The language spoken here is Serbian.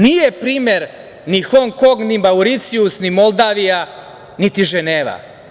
Nije primer ni Hong Kong, ni Mauricijus, ni Moldavija, niti Ženeva.